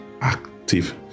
active